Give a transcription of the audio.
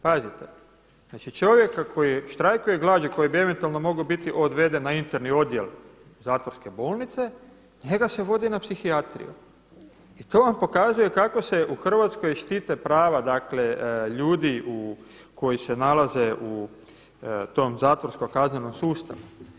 Pazite, znači čovjeka koji je štrajkao glađu koji bi eventualno mogao biti odveden na Interni odjel zatvorske bolnice, njega se vodi na psihijatriju i to vam pokazuje kako se u Hrvatskoj štite prava ljudi koji se nalaze u tom zatvorsko-kaznenom sustavu.